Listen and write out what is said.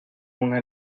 una